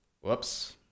Whoops